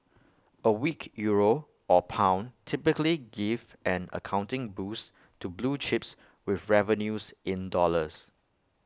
A weak euro or pound typically give an accounting boost to blue chips with revenues in dollars